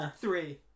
Three